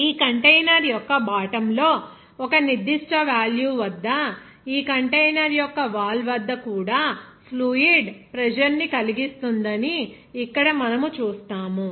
ఈ కంటైనర్ యొక్క బాటమ్ లో ఒక నిర్దిష్ట వేల్యూ వద్ద ఈ కంటైనర్ యొక్క వాల్ వద్ద కూడా ఫ్లూయిడ్ ప్రెజర్ ని కలిగిస్తుందని ఇక్కడ మనము చూస్తాము